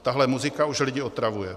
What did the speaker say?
Tahle muzika už lidi otravuje.